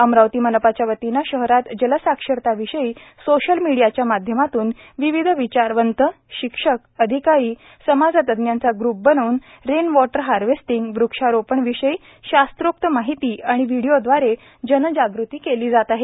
अमरावती मनपाच्या वतीने शहरात जल साक्षरता विषयी सोशल मिडियाच्या माध्यमातून विविध विचारवंत शिक्षक अधिकारी समाजतज्ञांचा ग्रूप बनवून रेन वाटर हार्वेस्टिंग वृक्षारोपण विषयी शात्रोक्त माहिती आणि विडिओ द्वारे जन जागृती केली जात आहे